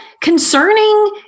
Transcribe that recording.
concerning